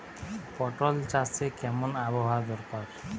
পটল চাষে কেমন আবহাওয়া দরকার?